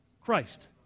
Christ